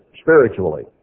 spiritually